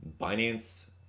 Binance